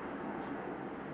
mmhmm